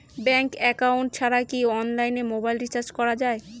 Bank account ছাড়া কি অনলাইনে মোবাইল রিচার্জ করা যায়?